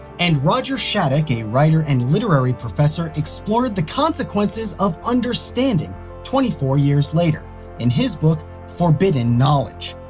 and roger shattuck, a writer and literary professor, explored the consequences of understanding twenty four years later in his book forbidden knowledge,